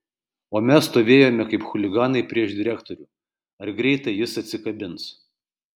o mes stovėjome kaip chuliganai prieš direktorių ar greitai jis atsikabins